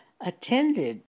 attended